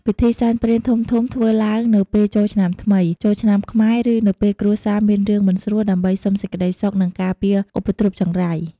ពិធីសែនព្រេនធំៗធ្វើឡើងនៅពេលចូលផ្ទះថ្មី ចូលឆ្នាំខ្មែរឬនៅពេលគ្រួសារមានរឿងមិនស្រួលដើម្បីសុំសេចក្តីសុខនិងការពារឧបទ្រពចង្រៃ។